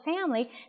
family